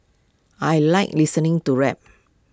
I Like listening to rap